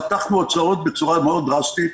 חתכנו הצעות בצורה מאוד דרסטית,